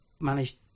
managed